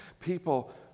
People